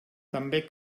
també